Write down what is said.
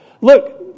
look